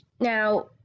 Now